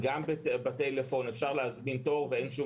וגם בטלפון אפשר להזמין תור ואין שום